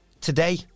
Today